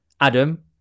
Adam